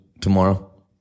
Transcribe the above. tomorrow